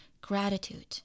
gratitude